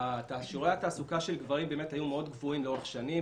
שיעורי התעסוקה של גברים היו גבוהים מאוד לאורך שנים,